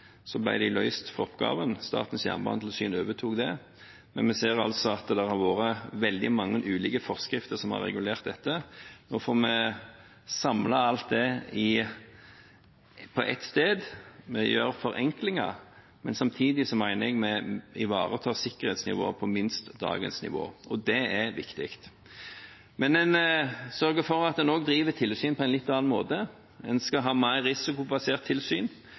de løst fra oppgaven. Statens jernbanetilsyn overtok det. Men vi ser altså at det har vært veldig mange ulike forskrifter som har regulert dette. Nå får vi samlet alt på ett sted. Vi gjør forenklinger, men samtidig mener jeg vi ivaretar sikkerhetsnivået på minst dagens nivå, og det er viktig. En sørger for at en også driver tilsyn på en litt annen måte. En skal ha mer risikobasert tilsyn. Alle aktørene i bransjen vil fortsatt være underlagt tilsyn,